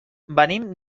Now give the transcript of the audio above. venim